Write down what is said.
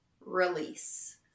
release